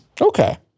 Okay